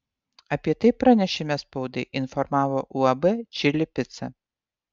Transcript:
apie tai pranešime spaudai informavo uab čili pica